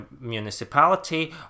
municipality